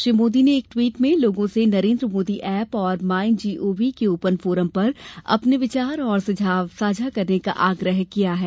श्री मोदी ने एक ट्वीट में लोगों से नरेन्द्र मोदी एप और माईजीओवी के ओपन फोरम पर अपने विचार और सुझाव साझा करने का आग्रह किया है